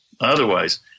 Otherwise